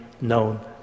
known